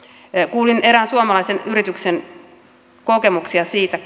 kuulin erään suomalaisen yrityksen kokemuksia siitä